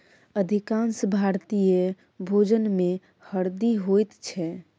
अधिकांश भारतीय भोजनमे हरदि होइत छै